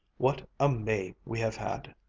what a may we have had!